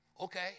Okay